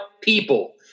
people